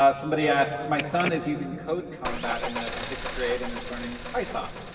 ah somebody asks, my son is using codecombat in the sixth grade and is learning python.